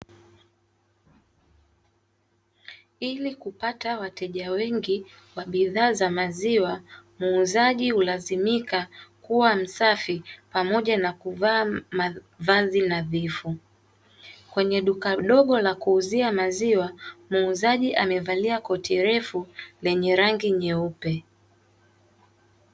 Ili kupata wateja wengi wa bidhaa za maziwa, muuzaji hulazimika kuwa msafi pamoja na kuvaa mavazi nadhifu, kwenye duka dogo la kuuzia maziwa, muuzaji amevalia koti lefu lenye rangi nyeupe.